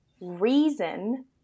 reason